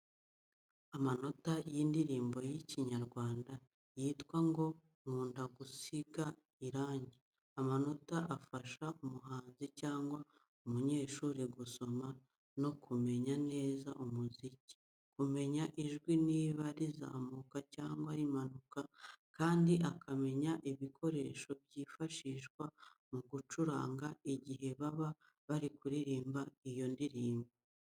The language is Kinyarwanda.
Amanota y'indirimbo y'Ikinyarwanda yitwa ngo nkunda gusiga irangi. Amanota afasha umuhanzi cyangwa umunyeshuri gusoma no kumenya neza umuziki, kumenya ijwi niba rizamuka cyangwa rimanuka, kandi akamenya ibikoresho byifashyishwa mu gucuranga igihe baba bari kuririmba iyo ndirimbo.